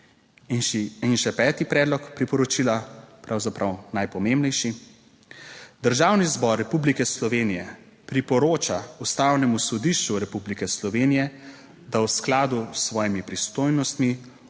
In še peti predlog priporočila, pravzaprav najpomembnejši: Državni zbor Republike Slovenije priporoča Ustavnemu sodišču Republike Slovenije, da v skladu s svojimi pristojnostmi